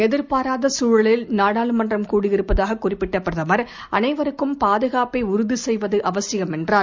எதிர்பாராத சூழலில் நாடாளுமன்றம் கூடியிருப்பதாக குறிப்பிட்ட பிரதமர் அனைவருக்கும் பாதுகாப்பை உறுதி செய்வது அவசியம் என்றார்